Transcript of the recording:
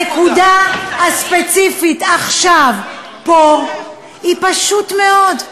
הנקודה הספציפית עכשיו פה היא, פשוט מאוד,